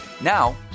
now